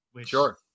Sure